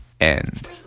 end